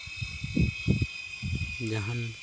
ᱡᱟᱦᱟᱱ